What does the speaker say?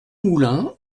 moulin